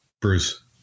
Bruce